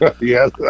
Yes